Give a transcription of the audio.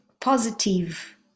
positive